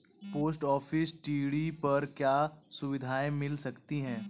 Post office TD पर क्या सुविधाएँ मिल सकती है?